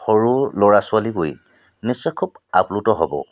সৰু ল'ৰা ছোৱালী গৈ নিশ্চয় খুব আপ্লুত হ'ব